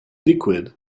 liquid